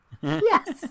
Yes